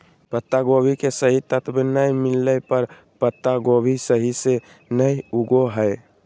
पत्तागोभी के सही तत्व नै मिलय पर पत्तागोभी सही से नय उगो हय